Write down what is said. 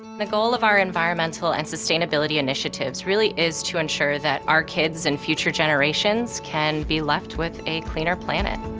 and the goal of our environmental and sustainability initiatives really is to ensure that our kids and future generations can be left with a cleaner planet.